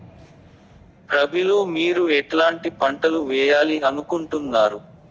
రబిలో మీరు ఎట్లాంటి పంటలు వేయాలి అనుకుంటున్నారు?